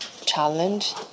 challenge